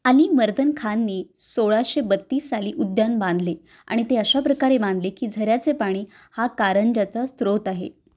अली मर्दन खानने सोळाशे बत्तीस साली उद्यान बांधले आणि ते अशा प्रकारे बांधले की झऱ्याचे पाणी हा कारंजाचा स्त्रोत आहे